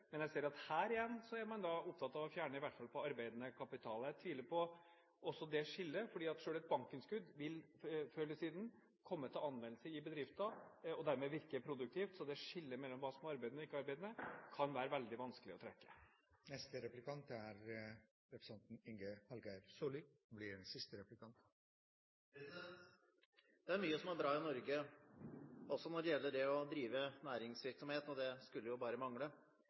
men jeg ser at her er man igjen opptatt av i hvert fall å fjerne den på arbeidende kapital. Jeg tviler på det skillet, for selv et bankinnskudd vil, før eller siden, komme til anvendelse i bedriften, og dermed virke produktivt. Så det kan være vanskelig å trekke et skille mellom hva som er arbeidende og ikke arbeidende kapital. Det er mye som er bra i Norge, også når det gjelder det å drive næringsvirksomhet. Det skulle bare mangle.